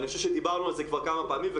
אני חושב שדיברנו על זה כבר כמה פעמים.